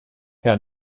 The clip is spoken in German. herr